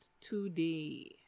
today